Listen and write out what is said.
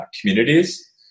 communities